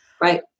Right